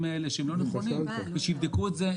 האלה שהם לא נכונים ושיבדקו את זה.